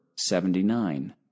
Seventy-nine